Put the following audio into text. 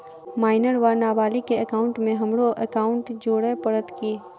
Minor वा नबालिग केँ एकाउंटमे हमरो एकाउन्ट जोड़य पड़त की?